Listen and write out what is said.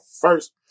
first